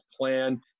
plan